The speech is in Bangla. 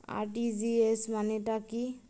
আর.টি.জি.এস মানে টা কি?